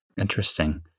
Interesting